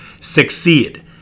succeed